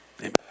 amen